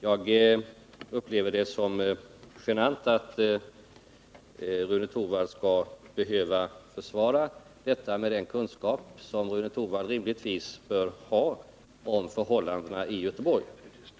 Jag upplever det som genant att Rune Torwald skall behöva försvara detta, med den kunskap han rimligtvis bör ha om förhållandena i Göteborg.